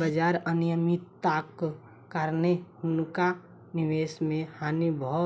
बाजार अनियमित्ताक कारणेँ हुनका निवेश मे हानि भ